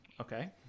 okay